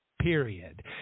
period